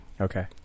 okay